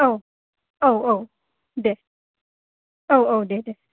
औ औ औ दे औ औ दे दे